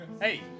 Hey